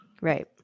Right